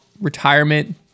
retirement